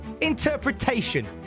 interpretation